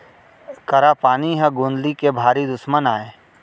करा पानी ह गौंदली के भारी दुस्मन अय